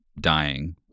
dying